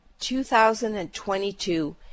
2022